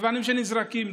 אבנים שנזרקות,